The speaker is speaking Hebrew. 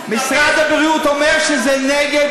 מתנגד --- משרד הבריאות אומר נגד.